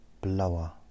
Blower